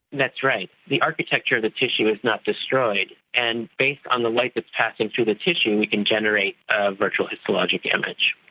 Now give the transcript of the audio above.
that's right. the architecture of the tissue is not destroyed, and based on the light that's passing through the tissue we can generate a virtual histologic image.